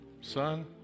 Son